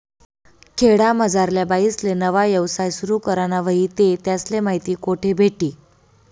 खेडामझारल्या बाईसले नवा यवसाय सुरु कराना व्हयी ते त्यासले माहिती कोठे भेटी?